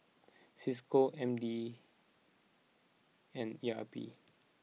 Cisco M D and E R P